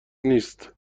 نیست